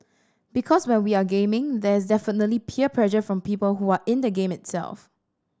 because when we are gaming there is definitely peer pressure from people who are in the game itself